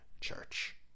church